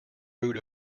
root